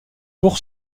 pour